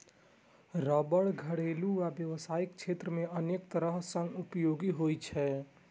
रबड़ घरेलू आ व्यावसायिक क्षेत्र मे अनेक तरह सं उपयोगी होइ छै